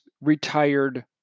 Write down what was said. retired